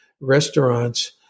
restaurants